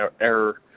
error